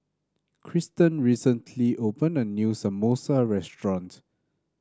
Krysten recently opened a new Samosa restaurant